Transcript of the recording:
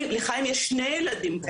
לחיים יש שני ילדים,